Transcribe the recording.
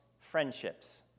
friendships